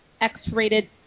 X-rated